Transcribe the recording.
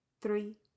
three